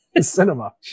Cinema